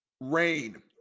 rain